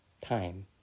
time